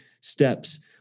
steps